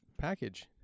package